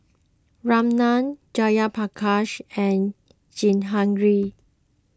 Ramnath Jayaprakash and Jehangirr